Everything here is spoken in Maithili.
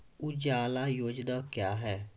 उजाला योजना क्या हैं?